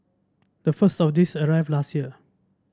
the first of these arrived last year